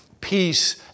peace